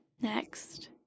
Next